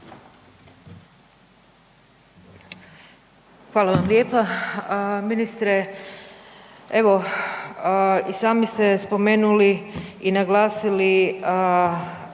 Hvala vam lijepa. Ministre, evo, i sami ste spomenuli i naglasili